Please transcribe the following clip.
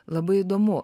labai įdomu